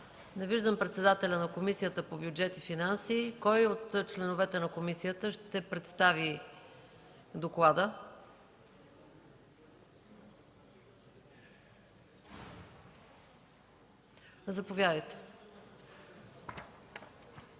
Не виждам председателя на Комисията по бюджет и финанси. Кой от членовете на комисията ще представи доклада? Заповядайте.